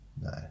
No